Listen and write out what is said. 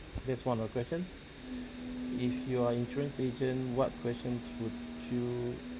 that's one of the question if you're insurance agent what questions would you